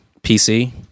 PC